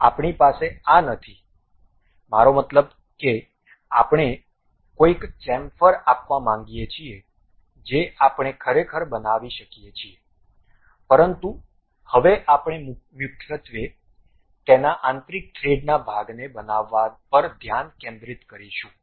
આપણી પાસે આ નથી મારો મતલબ કે આપણે કોઈક ચેમ્ફર આપવા માંગીએ છીએ જે આપણે ખરેખર બનાવી શકીએ છીએ પરંતુ હવે આપણે મુખ્યત્વે તેના આંતરિક થ્રેડના ભાગને બનાવા પર ધ્યાન કેન્દ્રિત કરીશું